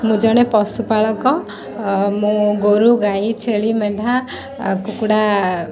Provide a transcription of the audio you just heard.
ମୁଁ ଜଣେ ପଶୁପାଳକ ମୁଁ ଗୁରୁ ଗାଈ ଛେଲି ମେଣ୍ଢା କୁକୁଡ଼ା